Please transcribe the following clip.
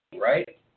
right